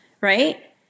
right